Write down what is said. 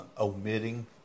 omitting